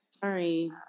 sorry